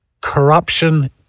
Corruption